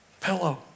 pillow